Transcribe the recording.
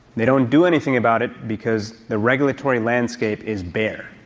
they don't do anything about it because the regulatory landscape is bare.